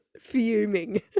fuming